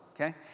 okay